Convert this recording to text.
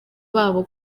babo